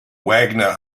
wagner